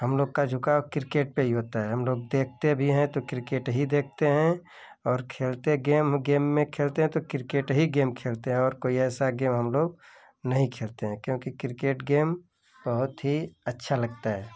हम लोग का झुकाव किरकेट फील्डिंग पर ही होता हे हम लोग देखते भी हैं तो किरकेट ही देखते हें और खेलते गेम गेम में खेलते हें तो किरकेट ही गेम खेलते हें और कोई ऐसा गेम हम लोग नहीं खेलते हें क्योंकि किरकेट गेम बहुत ही अच्छा लगता है